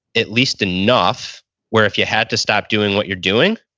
at least enough where if you had to stop doing what you're doing,